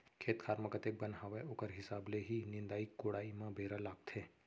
खेत खार म कतेक बन हावय ओकर हिसाब ले ही निंदाई कोड़ाई म बेरा लागथे